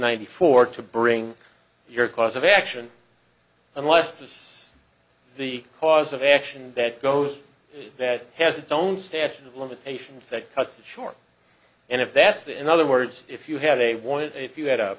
ninety four to bring your cause of action unless that's the cause of action that goes that has its own statute of limitations that cuts the short and if that's the in other words if you had a warning if you had a